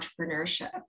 entrepreneurship